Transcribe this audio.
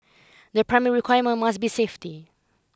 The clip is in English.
the primary requirement must be safety